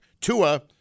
Tua